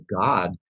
God